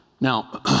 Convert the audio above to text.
Now